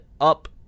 up